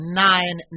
nine